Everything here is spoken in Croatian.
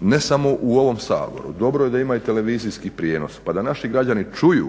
ne samo u ovom Saboru, dobro je da ima televizijski prijenos pa da naši građani čuju